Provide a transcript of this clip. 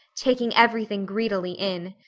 taking everything greedily in.